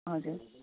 हजुर